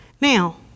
Now